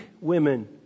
women